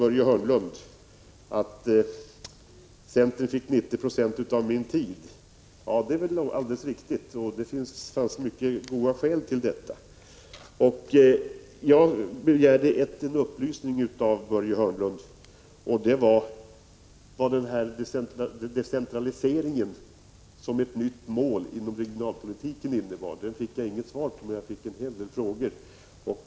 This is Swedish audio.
Börje Hörnlund sade att jag använde 90 90 av min tid till att tala om centern. Ja, det är nog alldeles riktigt. Det fanns mycket goda skäl till det. Jag begärde en upplysning av Börje Hörnlund, och det var vad decentraliseringen som ett nytt mål inom regionpolitiken innebar. Det fick jag inget svar på, men jag fick en hel del frågor.